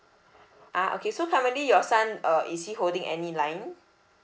ah okay so currently your son uh is he holding any line